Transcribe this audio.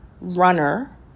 Runner